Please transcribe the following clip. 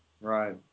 Right